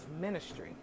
ministry